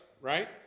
Right